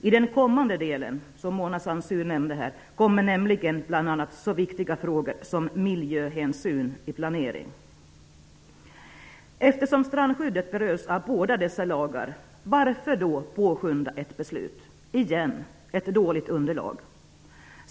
I det kommande delbetänkandet skall, som Mona Saint Cyr nämnde, så viktiga frågor som miljöhänsynen vid planering behandlas. Strandskyddet berörs av båda dessa lagar. Varför vill man då återigen påskynda ett beslut, på ett dåligt underlag?